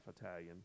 Italian